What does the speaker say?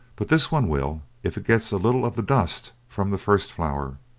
but this one will if it gets a little of the dust from the first flower.